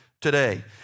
today